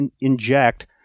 inject